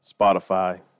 Spotify